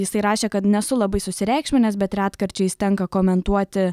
jisai rašė kad nesu labai susireikšminęs bet retkarčiais tenka komentuoti